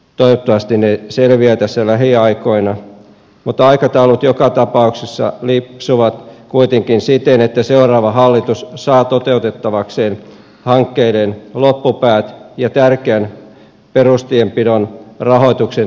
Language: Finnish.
toivottavasti ne selviävät tässä lähiaikoina mutta aikataulut joka tapauksessa lipsuvat kuitenkin siten että seuraava hallitus saa toteutettavakseen hankkeiden loppupäät ja tärkeän perustienpidon rahoituksen tasokorotuksen